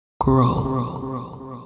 grow